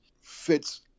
fits